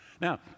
Now